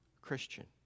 Christian